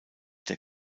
der